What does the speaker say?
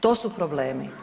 To su problemi.